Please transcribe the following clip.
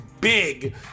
big